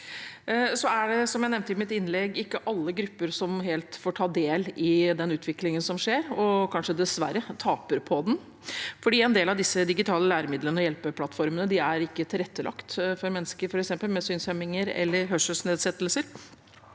Det er ikke, som jeg nevnte i mitt innlegg, alle grupper som helt får ta del i den utviklingen som skjer – noen taper dessverre kanskje på den, for en del av disse digitale læremidlene, hjelpeplattformene, er ikke tilrettelagt for mennesker med f.eks. synshemminger eller hørselsnedsettelser.